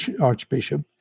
archbishop